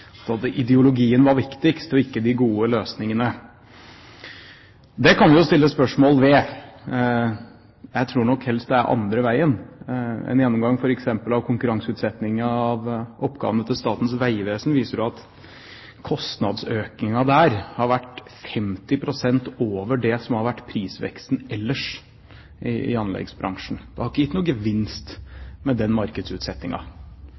ideologien var viktigst og ikke de gode løsningene. Det kan vi jo stille spørsmål ved. Jeg tror helst det er andre veien. En gjennomgang f.eks. av konkurranseutsettingen av oppgavene til Statens vegvesen viser at kostnadsøkningen der har vært 50 pst. over det som har vært prisveksten ellers i anleggsbransjen. Det har ikke gitt